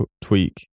tweak